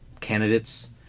candidates